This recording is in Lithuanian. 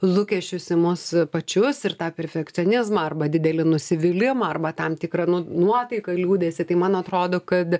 lūkesčius į mus pačius ir tą perfekcionizmą arba didelį nusivylimą arba tam tikrą nuo nuotaiką liūdesį tai man atrodo kad